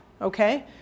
Okay